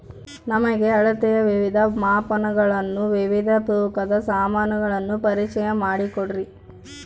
ನಮಗೆ ಅಳತೆಯ ವಿವಿಧ ಮಾಪನಗಳನ್ನು ವಿವಿಧ ತೂಕದ ಸಾಮಾನುಗಳನ್ನು ಪರಿಚಯ ಮಾಡಿಕೊಡ್ರಿ?